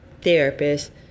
therapist